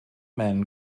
men